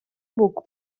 бук